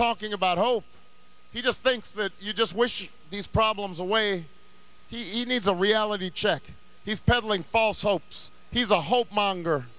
talking about hope he just thinks that you just wish these problems away he needs a reality check he's peddling false hopes he's a hope